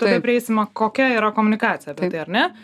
tada prieisime kokia yra komunikacija apie tai ar ne